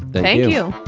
thank you